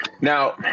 Now